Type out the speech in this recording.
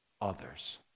others